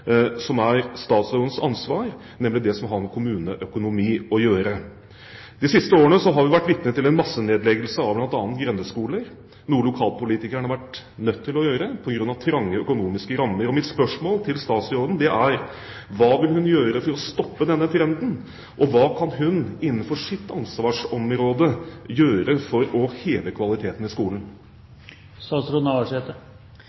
som er statsrådens ansvar, nemlig det som har med kommuneøkonomi å gjøre. De siste årene har vi vært vitne til en massenedleggelse av bl.a. grendeskoler, noe lokalpolitikerne har vært nødt til å gjøre på grunn av trange økonomiske rammer. Mitt spørsmål til statsråden er: Hva vil hun gjøre for å stoppe denne trenden? Og hva kan hun innenfor sitt ansvarsområde gjøre for å heve kvaliteten i